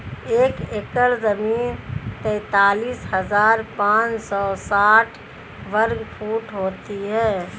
एक एकड़ जमीन तैंतालीस हजार पांच सौ साठ वर्ग फुट होती है